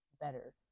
better